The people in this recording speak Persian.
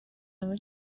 همه